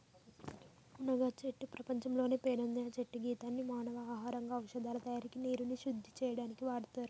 మునగచెట్టు ప్రపంచంలోనే పేరొందిన చెట్టు గిదాన్ని మానవ ఆహారంగా ఔషదాల తయారికి నీరుని శుద్ది చేయనీకి వాడుతుర్రు